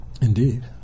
Indeed